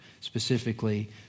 specifically